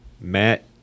Matt